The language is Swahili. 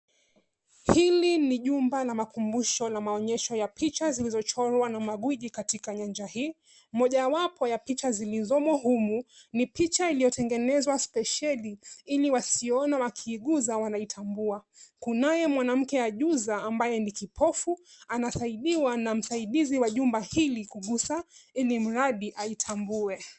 Hili ni jumba la makumbusho la maonyesho ya picha zilizochorwa na magwiji katika nyanja hii. Mojawapo ya picha zilizomo humu, ni picha iliyotengenwa spesheli ili wasione wakiugusa wanaitambua. kunaye mwanamke ajuza ambaye ni kipofu anasaidiwa na msaidizi wa jumba hili kugusa ili mradi aitambue.